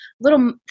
little